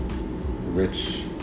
rich